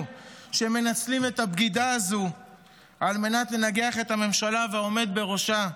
שמנצלים את הבגידה הזאת על מנת לנגח את הממשלה ואת העומד בראשה.